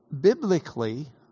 biblically